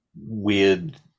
weird